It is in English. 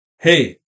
hey